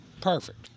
Perfect